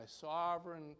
sovereign